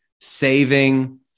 saving